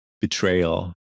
betrayal